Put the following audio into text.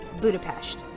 Budapest